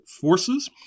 forces